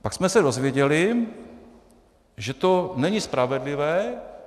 Pak jsme se dozvěděli, že to není spravedlivé.